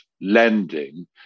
lending